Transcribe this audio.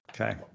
Okay